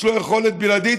יש לו יכולת בלעדית,